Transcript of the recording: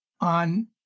on